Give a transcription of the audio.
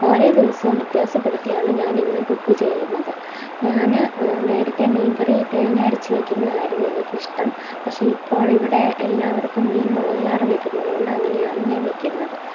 ഓരോ ദിവസം വ്യത്യാസപ്പെടുത്തിയാണ് ഞാൻ എന്നും കുക്ക് ചെയ്യുന്നത് ഞാൻ നേരത്തെ മീൻ കറി തേങ്ങ അരച്ച് വയ്ക്കുന്നതായിരുന്നു എനിക്കിഷ്ടം പക്ഷേ ഇപ്പോൾ ഇവിടെ എല്ലാവർക്കും മീൻ മുളക് ചാറ് വയ്ക്കുന്നത് കൊണ്ട് അങ്ങനെയാണ് ഞാൻ വയ്ക്കുന്നത്